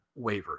waivers